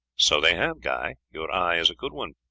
so they have, guy! your eye is a good one.